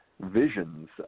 visions